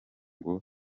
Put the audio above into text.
ngo